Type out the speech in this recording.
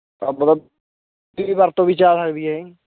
ਆਪਾਂ ਤਾਂ ਵਰਤੋਂ ਵਿੱਚ ਆ ਸਕਦੀ ਆ